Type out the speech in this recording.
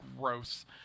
gross